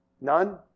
None